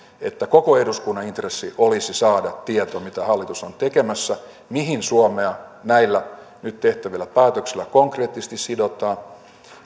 että koko eduskunnan intressi olisi saada tieto mitä hallitus on tekemässä mihin suomea näillä nyt tehtävillä päätöksillä konkreettisesti sidotaan